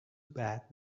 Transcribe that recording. bad